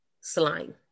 slime